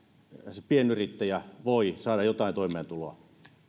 se pienyrittäjä voi saada jotain toimeentuloa